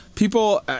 People